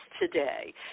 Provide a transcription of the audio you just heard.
today